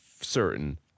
certain